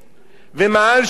ומאהל שני,